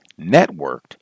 networked